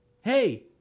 hey